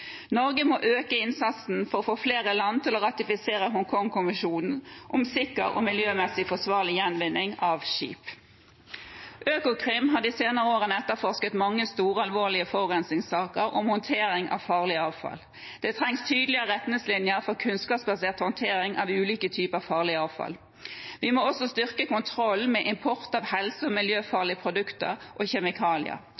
Norge må øke innsatsen for å få flere land til å ratifisere Hong Kong-konvensjonen om sikker og miljømessig forsvarlig gjenvinning av skip. Økokrim har de senere årene etterforsket mange store og alvorlige forurensningssaker om håndtering av farlig avfall. Det trengs tydeligere retningslinjer for kunnskapsbasert håndtering av ulike typer farlig avfall. Vi må også styrke kontrollen med import av helse- og